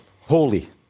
holy